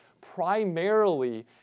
primarily